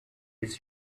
his